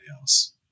else